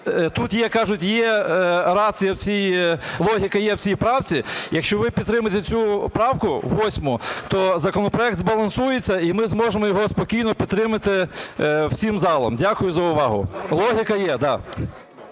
тут, як кажуть, є рація, логіка є в цій правці. Якщо ви підтримаєте цю правку 8, то законопроект збалансується і ми зможемо його спокійно підтримати всім залом. Дякую за увагу. Логіка є, да.